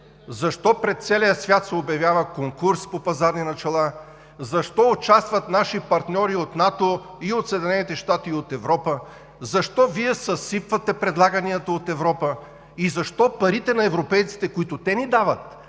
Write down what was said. Защо пред целия свят се обявява конкурс по пазарни начала? Защо участват наши партньори от НАТО, от Съединените щати и от Европа? Защо Вие съсипвате предлаганията от Европа? Защо парите на европейците, които те ни дават,